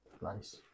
Nice